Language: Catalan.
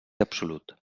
absolut